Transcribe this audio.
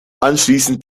anschließend